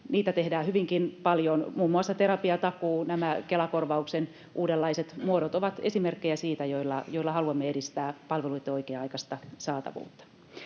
tehdään hyvinkin paljon. Muun muassa terapiatakuu ja nämä Kela-korvauksen uudenlaiset muodot ovat esimerkkejä siitä, miten haluamme edistää palveluitten oikea-aikaista saatavuutta.